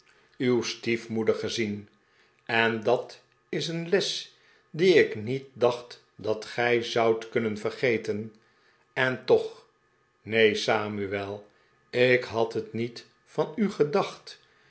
uw stiefmoeder gezien en dat is een les die ik niet dacht dat gij zoudt kunnen vergeten en toch neen samuel ik had net niet van u gedacht